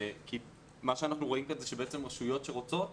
כי מה שאנחנו רואים כאן זה שבעצם רשויות שרוצות יעשו,